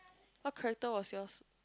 what character was yours